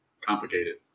complicated